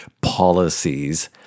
policies